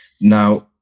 now